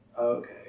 Okay